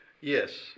Yes